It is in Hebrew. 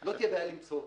לא תהיה בעיה למצוא אותו.